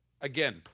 Again